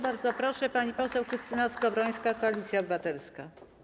Bardzo proszę, pani poseł Krystyna Skowrońska, Koalicja Obywatelska.